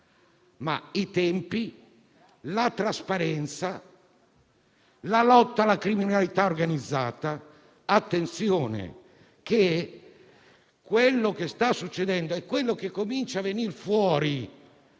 i tempi, la trasparenza e la lotta alla criminalità organizzata. Attenzione a quello che sta succedendo e a quello che comincia a venire fuori